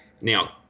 now